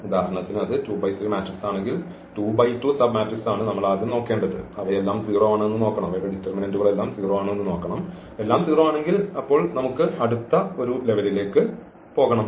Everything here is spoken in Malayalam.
ഉദാഹരണത്തിന് അത് 2 ബൈ 3 മാട്രിക്സ് ആണെങ്കിൽ 2 ബൈ 2 സബ്മാട്രിക്സ് ആണ് നമ്മൾ നോക്കേണ്ടത് അവയെല്ലാം 0 ആണോ എന്ന് നോക്കണം എല്ലാം സീറോ ആണെങ്കിൽ അപ്പോൾ നമുക്ക് അടുത്ത ഒരു ലെവലിലേക്ക് പോകണം